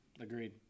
Agreed